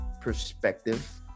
perspective